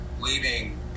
leaving